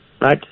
Right